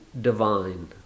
divine